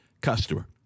customer